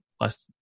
less